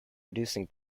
reducing